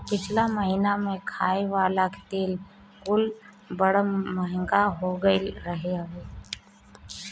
पिछला महिना में खाए वाला तेल कुल बड़ा महंग हो गईल रहल हवे